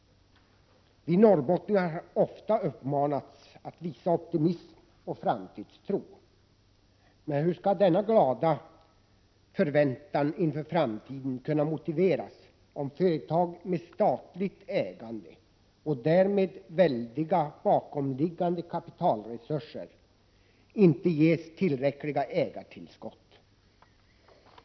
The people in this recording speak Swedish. Vi norrbottningar har ofta uppmanats att visa optimism och framtidstro. Men hur skall en sådan glad förväntan inför framtiden kunna motiveras om företag med statligt ägande och därmed väldiga bakomliggande kapitalresurser inte ges tillräckliga ägartillskott?